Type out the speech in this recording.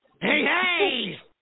hey